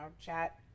chat